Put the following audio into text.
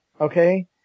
okay